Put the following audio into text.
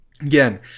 again